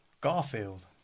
Garfield